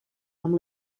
amb